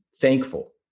thankful